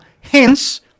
hence